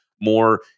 more